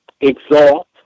exalt